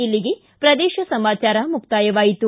ಇಲ್ಲಿಗೆ ಪ್ರದೇಶ ಸಮಾಚಾರ ಮುಕಾಯವಾಯಿತು